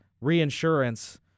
reinsurance